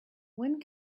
when